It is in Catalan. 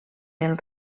pel